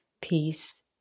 peace